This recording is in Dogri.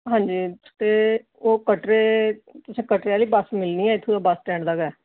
हां जी ते ओह् कटड़े आह्ली बस मिलनी ऐ इत्थूं बस स्टैंड दा गै